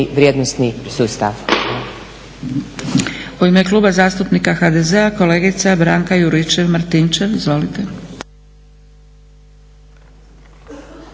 vrijednosni sustav.